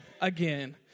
again